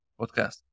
podcast